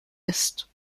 ist